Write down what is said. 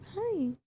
Hi